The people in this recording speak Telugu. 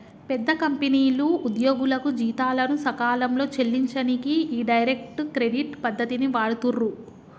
పెద్ద కంపెనీలు ఉద్యోగులకు జీతాలను సకాలంలో చెల్లించనీకి ఈ డైరెక్ట్ క్రెడిట్ పద్ధతిని వాడుతుర్రు